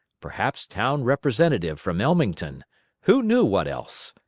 perhaps town representative from ellmington who knew what else?